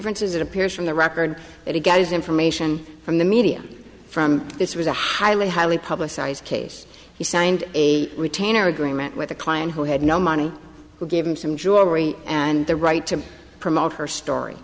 ences it appears from the record that he got his information from the media from this was a highly highly publicized case he signed a retainer agreement with a client who had no money who gave him some jewelry and the right to promote her story